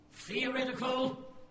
theoretical